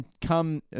come